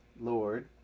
Lord